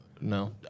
no